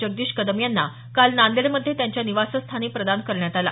जगदीश कदम यांना काल नांदेडमध्ये त्यांच्या निवासस्थानी प्रदान करण्यात आला